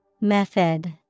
Method